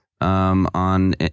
on